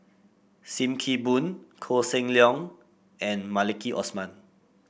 Sim Kee Boon Koh Seng Leong and Maliki Osman